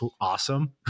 awesome